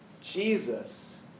Jesus